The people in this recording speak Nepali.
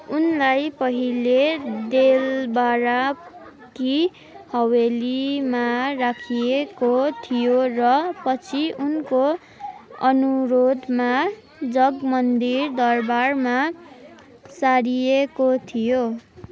उनलाई पहिले देलवाडा की हवेलीमा राखिएको थियो र पछि उनको अनुरोधमा जगमन्दिर दरबारमा सारिएको थियो